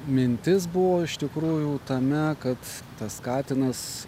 mintis buvo iš tikrųjų tame kad tas katinas